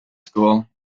school